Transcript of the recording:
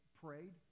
prayed